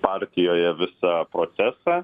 partijoje visą procesą